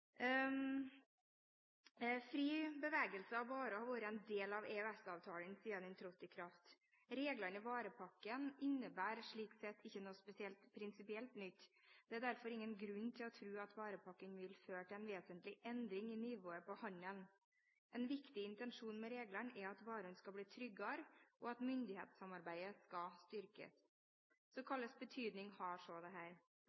Fri bevegelse av varer har vært en del av EØS-avtalen siden den trådte i kraft. Reglene i varepakken innebærer slik sett ikke noe spesielt prinsipielt nytt. Det er derfor ingen grunn til å tro at varepakken vil føre til en vesentlig endring i nivået på handelen. En viktig intensjon med reglene er at varene skal bli tryggere, og at myndighetssamarbeidet skal